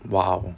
!wow!